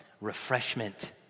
refreshment